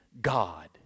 God